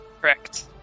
Correct